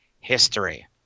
history